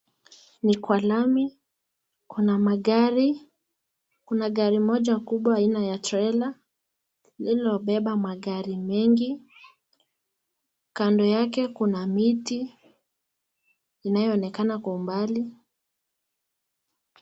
Ni kwa lami. Kuna magari, kuna gari moja kubwa aina ya trela lililobeba magari mengi. Kando yake kuna miti inayonekana kwa umbali.